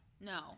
No